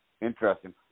Interesting